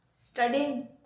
Studying